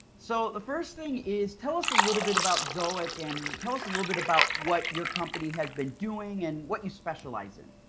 so the first thing is, tell us a little bit about zoic, and tell us a little bit about what your company has been doing, and what you specialize in.